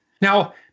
Now